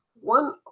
one